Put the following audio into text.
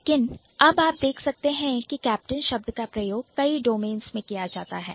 लेकिन अब आप देख सकते हैं कि कप्तान शब्द का प्रयोग कई डोमेन में किया जा सकता है